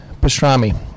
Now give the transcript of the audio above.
pastrami